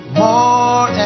more